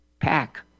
pack